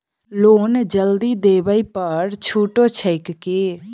Loan जल्दी देबै पर छुटो छैक की?